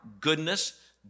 Goodness